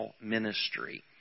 ministry